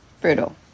Brutal